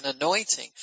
anointing